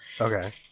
Okay